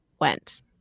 went